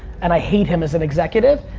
and i hate him as an executive,